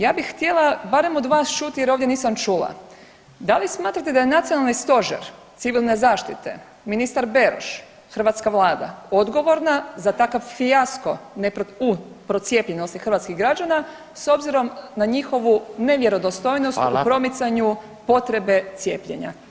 Ja bih htjela barem od vas čuti jer ovdje nisam čula, da li smatrate da je Nacionalni stožer civilne zaštite, ministar Beroš i hrvatska vlada, odgovorna za takav fijasko u procijepljenosti hrvatskih građana s obzirom na njihovu nevjerodostojnost u promicanju potrebe cijepljenja?